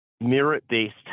merit-based